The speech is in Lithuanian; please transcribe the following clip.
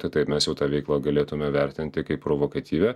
tai tai mes jau tą veiklą galėtume vertinti kaip provokatyvią